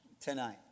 tonight